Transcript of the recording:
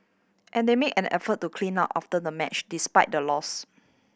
and they made an effort to clean up after the match despite the loss